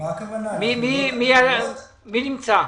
מי נמצא?